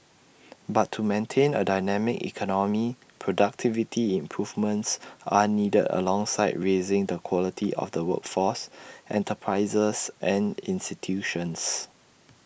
but to maintain A dynamic economy productivity improvements are needed alongside raising the quality of the workforce enterprises and institutions